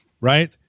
right